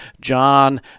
John